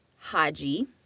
haji